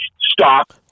stop